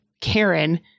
Karen